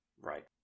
right